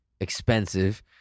expensive